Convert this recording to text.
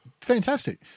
fantastic